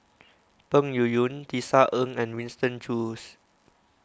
Peng Yuyun Tisa Ng and Winston Choos